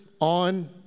on